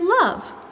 love